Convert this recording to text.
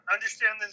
Understand